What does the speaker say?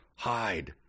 Hide